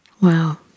Wow